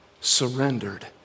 surrendered